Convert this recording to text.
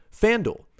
FanDuel